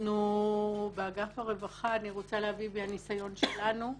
אני רוצה להביא מהניסיון של אגף הרווחה.